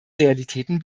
realitäten